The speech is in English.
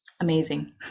amazing